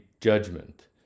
judgment